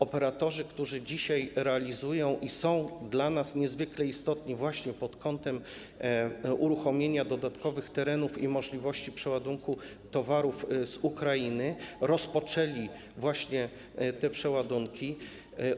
Operatorzy, którzy dzisiaj je realizują i są dla nas niezwykle istotni właśnie pod kątem uruchomienia dodatkowych terenów i możliwości przeładunku towarów z Ukrainy, rozpoczęli właśnie te przeładunki.